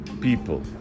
people